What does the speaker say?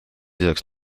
lisaks